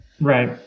Right